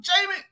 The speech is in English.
Jamie